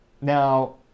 Now